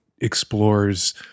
explores